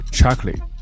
Chocolate 》 。